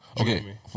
Okay